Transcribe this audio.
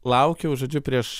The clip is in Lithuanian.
laukiau žodžiu prieš